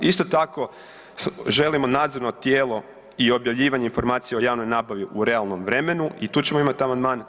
Isto tako želimo nadzorno tijelo i objavljivanje informacija o javnoj nabavi u realnom vremenu i tu ćemo imati amandman.